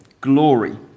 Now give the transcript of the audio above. glory